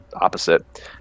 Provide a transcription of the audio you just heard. opposite